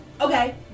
Okay